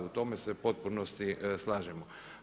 U tome se u potpunosti slažemo.